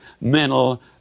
mental